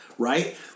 right